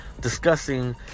Discussing